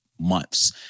months